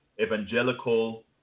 evangelical